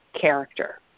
character